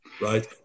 right